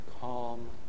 calm